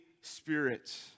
Spirit